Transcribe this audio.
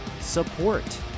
support